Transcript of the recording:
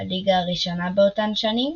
הליגה הראשונה באותן השנים,